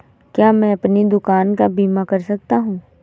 क्या मैं अपनी दुकान का बीमा कर सकता हूँ?